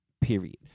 period